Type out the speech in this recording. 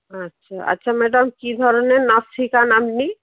আচ্ছা আচ্ছা ম্যাডাম কী ধরনের নাচ শেখান আপনি